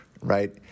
right